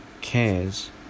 cares